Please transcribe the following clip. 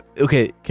okay